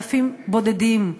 אלפים בודדים,